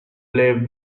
play